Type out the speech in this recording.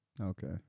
Okay